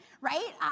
right